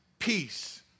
Peace